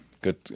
Good